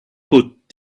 put